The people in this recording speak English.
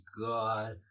God